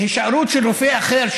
הישארות של רופא אחר,